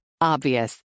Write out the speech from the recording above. Obvious